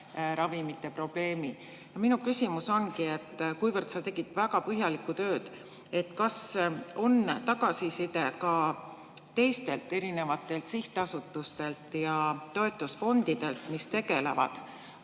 ravimite probleemi. Minu küsimus ongi, kuivõrd sa tegid väga põhjalikku tööd, kas on tulnud tagasisidet ka teistelt sihtasutustelt ja toetusfondidelt, mis tegelevad